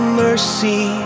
mercy